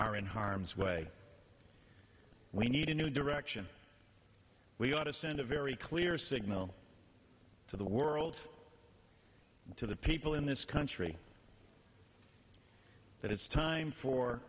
are in harm's way we need a new direction we ought to send a very clear signal to the world to the people in this country that it's time for